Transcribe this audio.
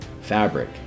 fabric